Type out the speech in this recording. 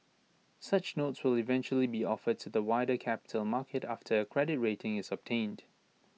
such notes will eventually be offered to the wider capital market after A credit rating is obtained